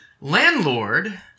landlord